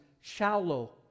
shallow